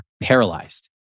paralyzed